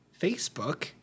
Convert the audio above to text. Facebook